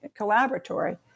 collaboratory